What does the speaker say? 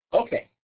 Okay